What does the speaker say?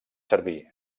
servir